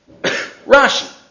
Rashi